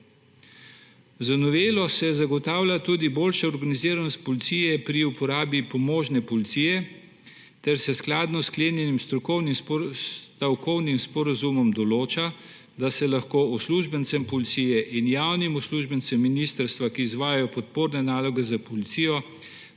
Z novelo se zagotavlja tudi boljša organiziranost policije pri uporabi pomožne policije ter se skladno s sklenjenim stavkovnim sporazumom določa, da se lahko uslužbencem policije in javnim uslužbencem ministrstva, ki izvajajo podporne naloge za policijo,